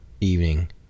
evening